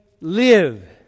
live